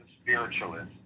spiritualist